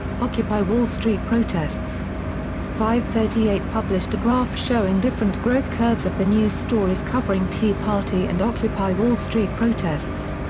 occupy wall street protests fivethirtyeight published a graph showing different growth curves of the news stories covering tea party and occupy wall street protests.